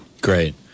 Great